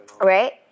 Right